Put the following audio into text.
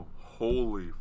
Holy